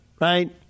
right